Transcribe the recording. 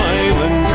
island